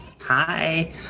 hi